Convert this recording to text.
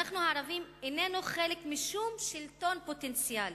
אנחנו הערבים איננו חלק משום שלטון פוטנציאלי.